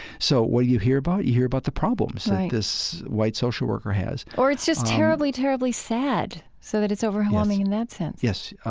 so what you hear about, you hear about the problems that this white social worker has or it's just terribly, terribly sad, so that it's overwhelming in that sense yes.